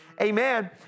amen